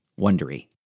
wondery